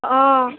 অঁ